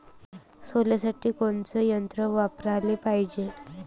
सोल्यासाठी कोनचं यंत्र वापराले पायजे?